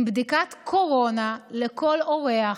עם בדיקת קורונה לכל אורח,